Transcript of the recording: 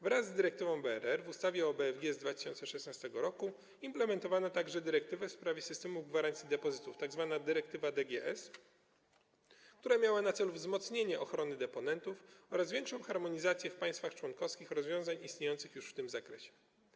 Wraz z dyrektywą BRR w ustawie o BFG z 2016 r. implementowano także dyrektywę w sprawie systemów gwarancji depozytów, tzw. dyrektywę DGS, która miała na celu wzmocnienie ochrony deponentów oraz większą harmonizację w państwach członkowskich rozwiązań istniejących już w tym zakresie.